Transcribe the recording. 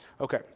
Okay